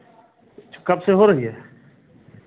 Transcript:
कब से हो रही है